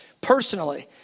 personally